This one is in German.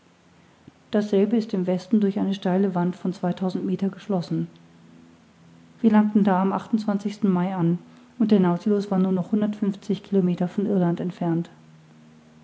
dasselbe ist im westen durch eine steile wand von zweitausend meter geschlossen wir langten da am mai an und der nautilus war nur noch hundertundfünfzig kilometer von irland entfernt